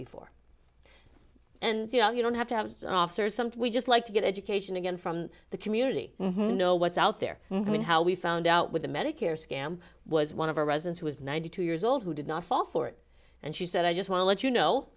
before and you know you don't have to have officers something we just like to get education again from the community know what's out there i mean how we found out with the medicare scam was one of our residents who is ninety two years old who did not fall for it and she said i just want to let you know